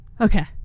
Okay